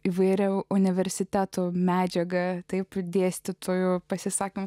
įvairią universiteto medžiagą taip dėstytojų pasisakant